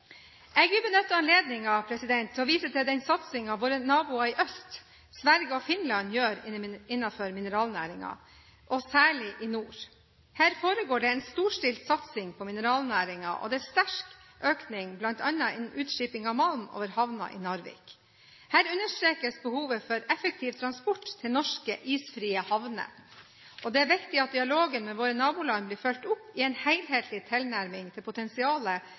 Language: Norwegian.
Jeg vil benytte anledningen til å vise til den satsingen våre naboer i øst, Sverige og Finland, gjør innenfor mineralnæringen og særlig i nord. Her foregår det en storstilt satsing på mineralnæringen, og det er sterk økning innenfor bl.a. utskiping av malm over havnen i Narvik. Her understrekes behovet for effektiv transport til norske isfrie havner, og det er viktig at dialogen med våre naboland blir fulgt opp i en helhetlig tilnærming til potensialet